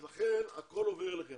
לכן הכול עובר אליכם.